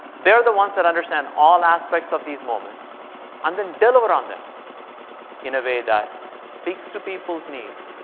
they're the ones that understand all aspects of these moments and develop around them in a way that speaks to people's needs